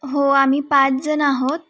हो आम्ही पाचजण आहोत